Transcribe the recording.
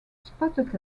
spotted